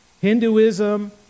Hinduism